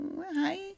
hi